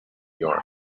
york